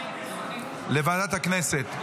לוועדת הכנסת.